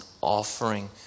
offering